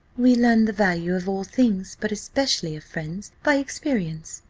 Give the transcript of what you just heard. we learn the value of all things, but especially of friends, by experience,